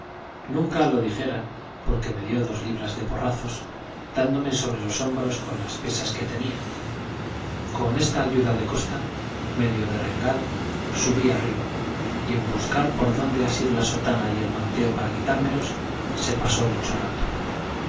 nunca lo dijera porque me dio dos libras de porrazos dándome sobre los hombros con las pesas que tenía con esta ayuda de costa medio derrengado subí arriba y en buscar por dónde asir la sotana y el manteo para quitármelos se pasó mucho rato